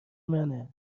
منه